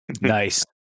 Nice